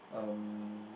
um